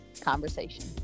conversation